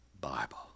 Bible